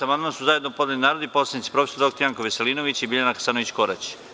Na član 11. amandman su zajedno podneli narodni poslanici prof. dr Janko Veselinović i Biljana Hasanović Korać.